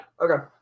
Okay